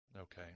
Okay